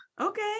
okay